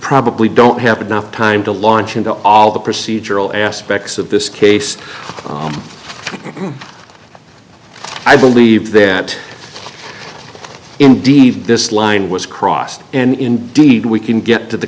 probably don't have enough time to launch into all the procedural aspects of this case i believe that indeed this line was crossed and indeed we can get to the